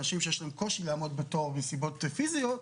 אנשים שיש להם קושי לעמוד בתור מסיבות פיזיות,